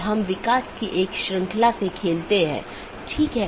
BGP का विकास routing सूचनाओं को एकत्र करने और संक्षेपित करने के लिए हुआ है